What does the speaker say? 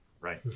right